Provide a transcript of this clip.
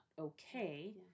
okay